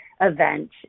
event